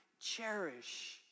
cherish